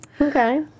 Okay